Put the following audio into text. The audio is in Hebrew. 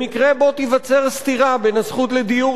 במקרה שתיווצר סתירה בין הזכות לדיור